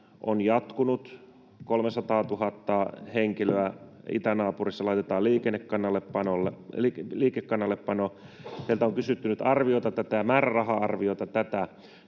on jatkunut, 300 000 henkilöä itänaapurissa laitetaan liikekannallepanolle. Meiltä on kysytty nyt arviota, tätä määräraha-arviota, mutta